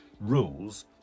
rules